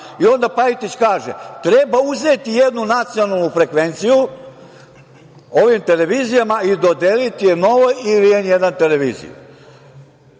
Onda Pajtić kaže – treba uzeti jednu nacionalnu frekvenciju ovim televizijama i dodeliti je „Novoj“ ili „N1“ televiziji.